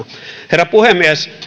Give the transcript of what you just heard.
herra puhemies